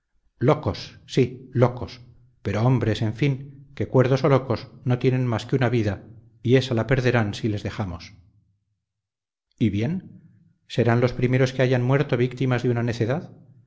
locos sí locos pero hombres en fin que cuerdos o locos no tienen más que una vida y ésa la perderán si les dejamos y bien serán los primeros que hayan muerto víctimas de su necedad